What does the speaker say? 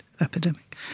epidemic